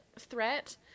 threat